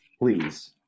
Please